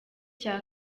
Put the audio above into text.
cya